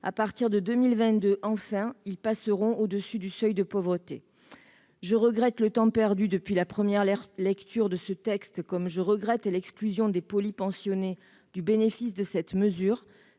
à partir de 2022- enfin !-, ils passeront au-dessus du seuil de pauvreté. « Je regrette le temps perdu depuis la première lecture de ce texte, ainsi que l'exclusion des polypensionnés du bénéfice de cette mesure,